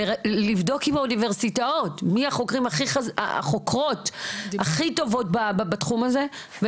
לבדוק עם האוניברסיטאות מי החוקרות הכי טובות בתחום הזה,